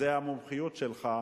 זו המומחיות שלך,